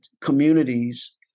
communities